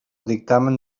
dictamen